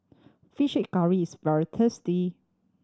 fish curry is very tasty